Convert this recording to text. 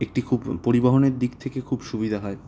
একটি খুব পরিবহনের দিক থেকে খুব সুবিধা হয়